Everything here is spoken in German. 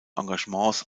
engagements